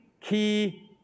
key